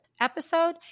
episode